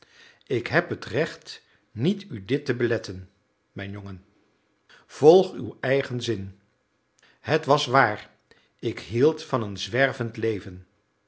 ik heb het recht niet u dit te beletten mijn jongen volg uw eigen zin het was waar ik hield van een zwervend leven